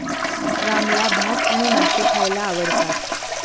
रामला भात आणि मासे खायला आवडतात